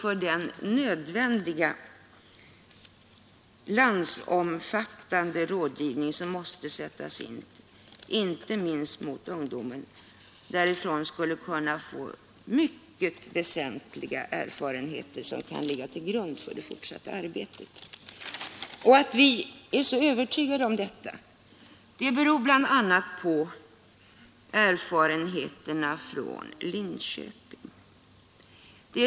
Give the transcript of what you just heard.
För den nödvändiga landsomfattande rådgivning som måste sättas in, inte minst bland ungdomen, skulle experimentet kunna ge oss mycket väsentliga erfarenheter som kan ligga till grund för det fortsatta arbetet. Att vi är så övertygade om detta beror bl.a. på erfarenheterna från Linköping.